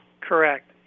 Correct